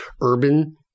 urban